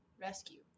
rescue